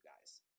guys